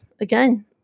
again